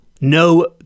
no